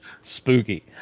spooky